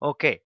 Okay